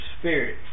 spirit